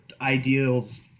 ideals